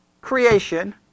Creation